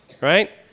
right